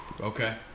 Okay